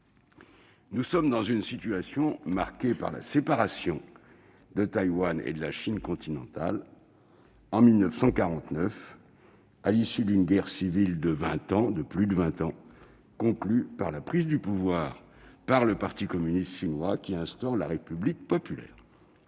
Nous sommes dans une situation marquée par la séparation de Taïwan et de la Chine continentale depuis 1949, à l'issue d'une guerre civile de plus de vingt ans qui s'est conclue par la prise de pouvoir du parti communiste chinois et l'instauration de la République populaire.